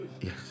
Yes